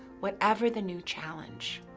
whatever the new challenge.